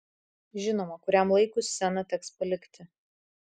žinoma kuriam laikui sceną teks palikti